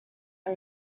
are